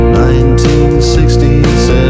1967